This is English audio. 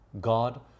God